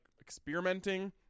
experimenting